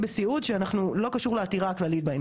אני מבינה, מה את אומרת